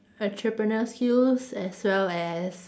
entrepreneur skills as well as